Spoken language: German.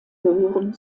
gehören